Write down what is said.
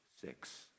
six